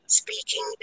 speaking